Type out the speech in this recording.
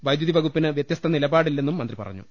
വൈദ്യുതി വകുപ്പിന് വൃത്യസ്ത നിലപാടില്ലെന്നും മന്ത്രി പറഞ്ഞു